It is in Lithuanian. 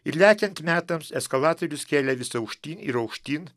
ir lekiant metams eskalatorius kėlė vis aukštyn ir aukštyn